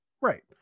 right